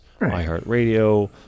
iHeartRadio